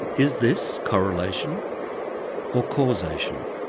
is this correlation or causation?